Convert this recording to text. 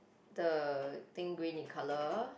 the thing green in colour